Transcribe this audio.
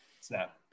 snap